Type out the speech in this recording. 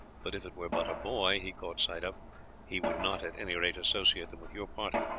but if it were but a boy he caught sight of he would not at any rate associate them with your party.